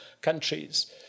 countries